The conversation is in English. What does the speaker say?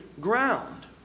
ground